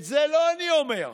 את זה לא אני אומר.